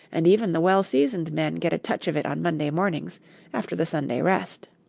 and even the well-seasoned men get a touch of it on monday mornings after the sunday rest.